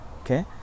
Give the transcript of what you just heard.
Okay